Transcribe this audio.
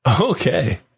Okay